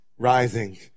rising